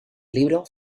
libro